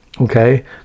okay